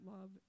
love